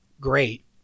Great